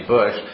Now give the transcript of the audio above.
Bush